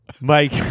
Mike